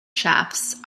shafts